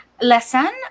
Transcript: Lesson